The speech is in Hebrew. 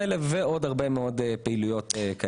יש עוד הרבה מאוד פעילויות אחרות.